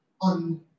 on